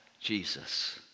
Jesus